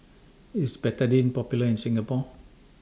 IS Betadine Popular in Singapore